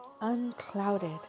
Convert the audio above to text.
Unclouded